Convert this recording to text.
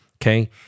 okay